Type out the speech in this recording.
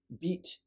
beat